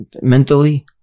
mentally